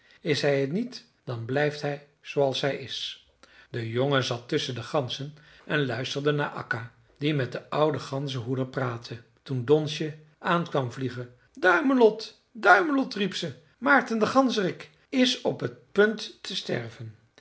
is hij het niet dan blijft hij zooals hij is de jongen zat tusschen de ganzen en luisterde naar akka die met den ouden ganzenhoeder praatte toen donsje aan kwam vliegen duimelot duimelot riep ze maarten de ganzerik is op t punt te sterven